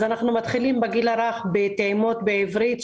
אנחנו מתחילים בגיל הרך בטעימות בעברית,